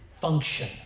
function